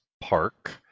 park